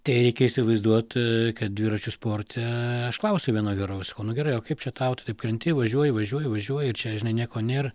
tereikia įsivaizduot kad dviračių sporte aš klausiu vieno vyro sakau nu gerai o kaip čia tau tu taip krenti važiuoji važiuoji važiuoji čia žinai nieko nėr